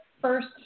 first